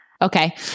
Okay